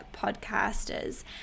podcasters